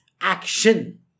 action